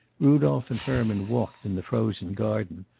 rudolph and herman walked in the frozen garden,